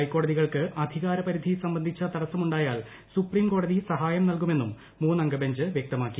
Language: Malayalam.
പ്രഹൈക്കോടതികൾക്ക് അധികാര പരിധി സംബന്ധിച്ച തടസമുണ്ടായാൽ സുപ്രീംകോടതി സഹായം ന്റൽകുമെന്നും മൂന്നംഗ ബഞ്ച് വ്യക്തമാക്കി